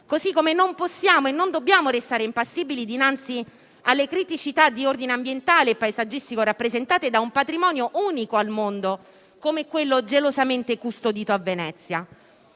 Così come non possiamo e non dobbiamo restare impassibili dinanzi alle criticità di ordine ambientale e paesaggistico, relative ad un patrimonio unico al mondo, come quello gelosamente custodito a Venezia.